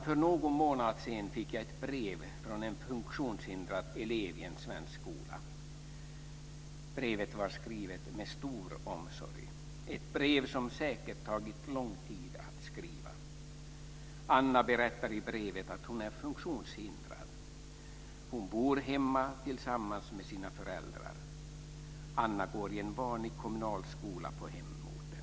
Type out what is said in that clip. För någon månad sedan fick jag ett brev från en funktionshindrad elev i en svensk skola. Brevet var skrivet med stor omsorg - ett brev som säkert tagit lång tid att skriva. Anna berättar i brevet att hon är funktionshindrad. Hon bor hemma tillsammans med sina föräldrar. Anna går i en vanlig kommunal skola på hemorten.